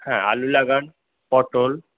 হ্যাঁ আলু লাগান পটল